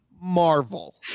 Marvel